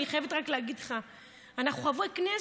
אני חייבת רק להגיד לך: אנחנו חברי כנסת,